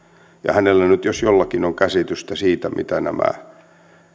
hänellä nyt jos jollakin on käsitystä siitä mitä nämä